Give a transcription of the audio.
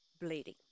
bleeding